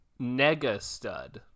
negastud